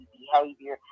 behavior